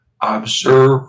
observe